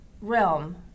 realm